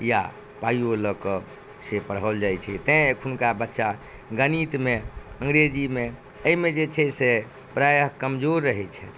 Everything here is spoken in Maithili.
या पाइयो लऽ कऽ से पढ़ल जाइ छै तैॅं अखुनका बच्चा गणितमे अंग्रेजीमे एहिमे जे छै से प्रायः कमजोर रहै छै